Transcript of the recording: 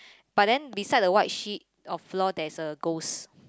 but then beside the white sheet of floor there is a ghost